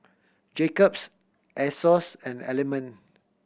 Jacob's Asos and Element